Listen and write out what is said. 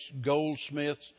goldsmiths